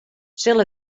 sil